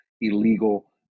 Illegal